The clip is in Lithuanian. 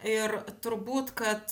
ir turbūt kad